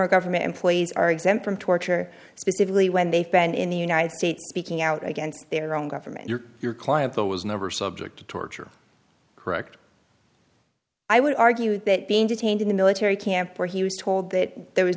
former government employees are exempt from torture specifically when they found in the united states speaking out against their own government your your client though was never subject to torture correct i would argue that being detained in the military camp where he was told that there was